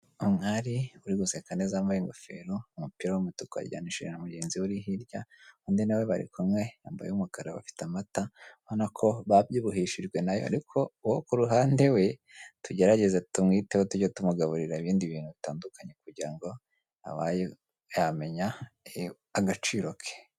Umwari uri guseka neza wambaye ingofero, umupira w'umutuku, yajyanishije na mugenzi we uri hirya, undi nawe bari kumwe yambaye uw'umukara, bafite amata, ubona ko babyibuhishijwe nayo, ariko uwo ku ruhande we, tugerageza tumwiteho tujye tumugaburira ibindi bintu bitandukanye, kugira ngo abe yamenya agaciro ke.